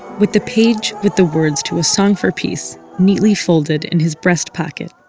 with the page with the words to a song for peace neatly folded in his breast pocket,